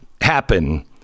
happen